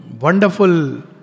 wonderful